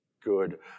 good